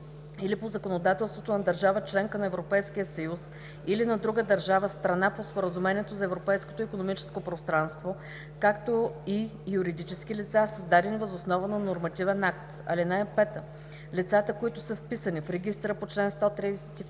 или по законодателството на държава – членка на Европейския съюз, или на друга държава – страна по Споразумението за Европейското икономическо пространство, както и юридически лица, създадени въз основа на нормативен акт. (5) Лицата, които са вписани в регистъра по чл. 132,